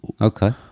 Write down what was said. Okay